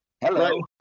Hello